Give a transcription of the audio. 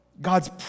God's